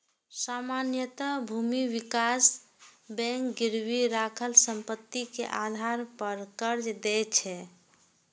सामान्यतः भूमि विकास बैंक गिरवी राखल संपत्ति के आधार पर कर्ज दै छै